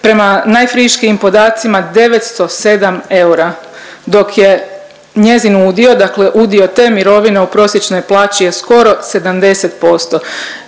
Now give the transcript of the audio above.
prema najfriškijim podacima 907 eura, dok je njezin udio, dakle udio te mirovine u prosječnoj plaći je skoro 70%.